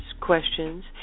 questions